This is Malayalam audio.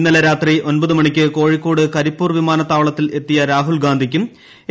ഇന്നലെ രാത്രി ഒൻപതു മണിക്ക് കോഴിക്കോട് കരിപ്പൂർ വിമാനത്താവളത്തിൽ എത്തിയ രാഹുൽ ഗാന്ധിക്കും എ